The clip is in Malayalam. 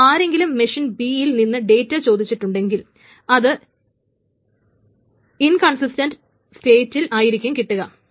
അപ്പോൾ ആരെങ്കിലും മെഷീൻ B യിൽ നിന്ന് ഡേറ്റാ ചോദിച്ചിട്ടുണ്ടെങ്കിൽ അത് ഇൻകൺസിസ്റ്റൻറ്റ് സ്റ്റേറ്റിൽ ആയിരിക്കും കിട്ടുക